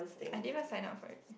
I didn't sign up for it